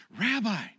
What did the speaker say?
Rabbi